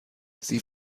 sie